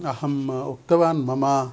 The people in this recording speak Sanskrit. अहम् उक्तवान् मम